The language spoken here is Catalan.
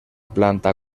planta